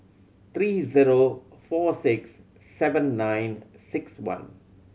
three zero four six seven nine six one